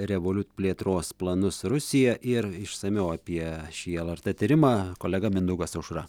revoliut plėtros planus į rusiją ir išsamiau apie šį lrt tyrimą kolega mindaugas aušra